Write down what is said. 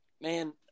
man